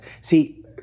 See